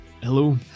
Hello